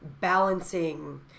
balancing